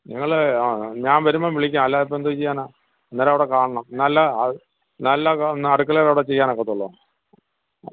നിങ്ങള് ഞാൻ വരുമ്പോൾ വിളിക്കാം അല്ലാതെ ഇപ്പോൾ എന്തോ ചെയ്യാനാ അന്നേരം അവിടെ കാണണം എന്നാലെ എന്നാലെ അടുക്കളയുടെ അവിടെ ചെയ്യാൻ ഒക്കത്തൊള്ളൂ